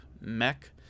mech